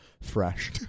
fresh